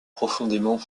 profondément